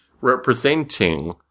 representing